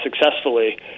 successfully